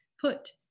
put